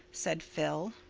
said phil.